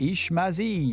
Ishmazi